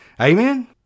Amen